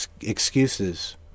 excuses